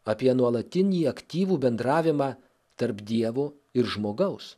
apie nuolatinį aktyvų bendravimą tarp dievo ir žmogaus